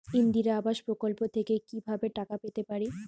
ইন্দিরা আবাস প্রকল্প থেকে কি ভাবে টাকা পেতে পারি?